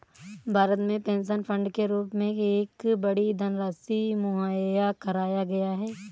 भारत में pension fund के रूप में एक बड़ी धनराशि मुहैया कराया गया है